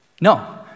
No